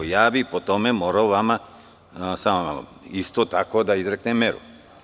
Ja bih po tome morao vama isto tako da izreknem meru.